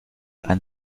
ein